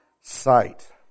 sight